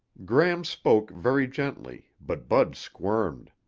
gram spoke very gently, but bud squirmed.